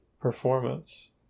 performance